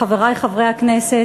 חברי חברי הכנסת,